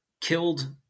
killed